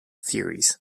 theories